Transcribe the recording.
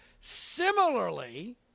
Similarly